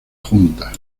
junta